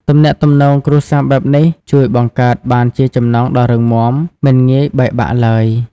ទំនាក់ទំនងគ្រួសារបែបនេះ ជួយបង្កើតបានជាចំណងដ៏រឹងមាំមិនងាយបែកបាក់ឡើយ។